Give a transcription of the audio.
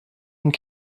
and